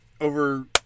over